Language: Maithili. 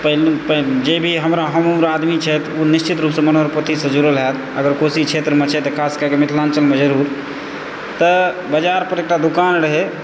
जे भी हमर हमउम्र आदमी छथि ओ निश्चित रूपसँ मनोहर पोथीसँ जुड़ल हैत अगर कोशी क्षेत्रमे छथि तऽ खासकऽ मिथिलाञ्चलमे जरुर तऽ बाजारपर एकटा दोकान रहै